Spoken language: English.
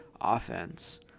offense